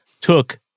took